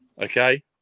Okay